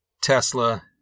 Tesla